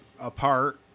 apart